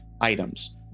items